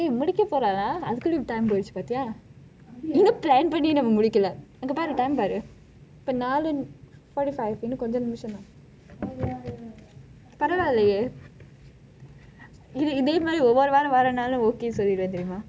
eh முடிக்க போறோம்:mudikka porom lah அதற்குள்ளே:atharkullei time போயிச்சு இன்னும்:poyichu innum plan பன்னி நம்ம முடிக்கலே அங்கே:panni namma mudikalei ankei time பாரு இப்பே நாளு:paaru ippei naalu forty five இன்னும் கொஞ்சம் நிமிஷம் தான் பரவாயில்லை இதை மாதிரி ஒவ்வொரு நாளும்:innum knojam nimisham thaan paravayillai ithai maathiri ovoru naalum okay சொல்லிடுவேன்:solliduven